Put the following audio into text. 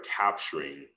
capturing